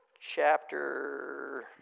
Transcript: chapter